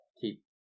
keep